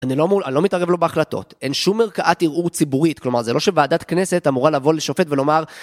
אני לא מתערב לו בהחלטות, אין שום ערכאת ערעור ציבורית, כלומר זה לא שוועדת כנסת אמורה לבוא לשופט ולומר